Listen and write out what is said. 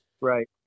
right